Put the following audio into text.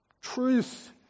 truth